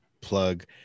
plug